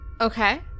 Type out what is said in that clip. okay